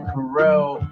Carell